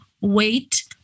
wait